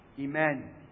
Amen